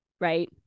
right